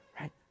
right